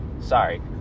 Sorry